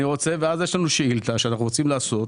אני רוצה ואז יש לנו שאילתה שאנחנו רוצים לעשות,